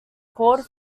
called